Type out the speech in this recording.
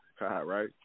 right